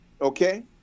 okay